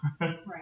Right